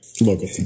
Local